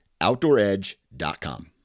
OutdoorEdge.com